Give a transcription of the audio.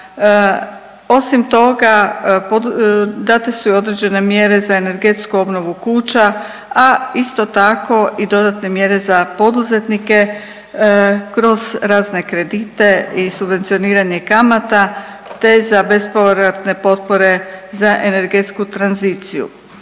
Osim toga date su i određene mjere za energetsku obnovu kuća, a isto tako i dodatne mjere za poduzetnike kroz razne kredite i subvencioniranje kamata, te za bespovratne potpore za energetsku tranziciju.